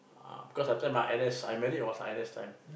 ah cause after my N_S I married was my N_S time